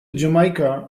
jamaica